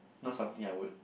not something I would